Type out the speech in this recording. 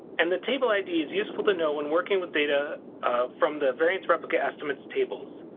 and the table id is useful to know when working with data from the variance replicate estimates tables.